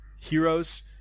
heroes